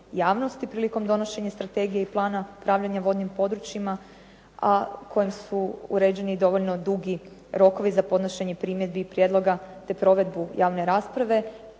prilikom donošenja strategije i plana upravljanja vodnim područjima, a kojim su uređeni i dovoljno dugi rokovi za podnošenje primjedbi i prijedloga te provedbu javne rasprave,